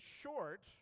short